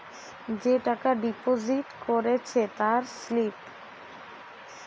যে টাকা ডিপোজিট করেছে তার স্লিপ